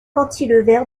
cantilever